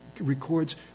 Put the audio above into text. records